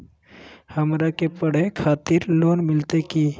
हमरा के पढ़े के खातिर लोन मिलते की?